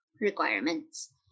requirements